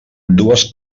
dues